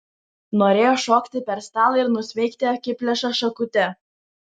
norėjo šokti per stalą ir nusmeigti akiplėšą šakute